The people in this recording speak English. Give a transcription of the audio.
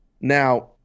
Now